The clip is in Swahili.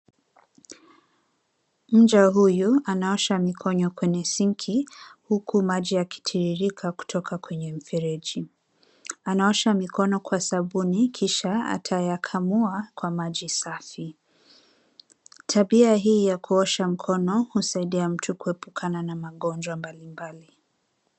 Mja huyu anaosha mikono kwenye sinki huku maji yakitiririka kutoka kwenye mfereji. Anaosha mikono kwa sabuni kisha atayakamua kwa maji safi. Tabia hii ya kuosha mikono husidia mtu kuepukana na magonjwa mbalimbali.